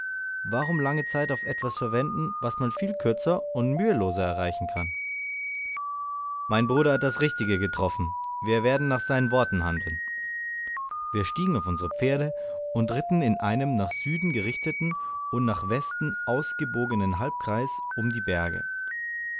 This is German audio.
warum lange zeit auf etwas verwenden was man viel kürzer und mühelos erreichen kann mein bruder hat das richtige getroffen wir werden nach seinen worten handeln wir stiegen auf unsere pferde und ritten in einem nach süden gerichteten und nach westen ausgebogenen halbkreise um die berge